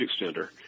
extender